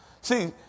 See